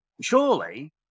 Surely